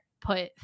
Put